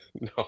No